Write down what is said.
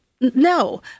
no